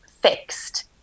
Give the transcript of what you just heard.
fixed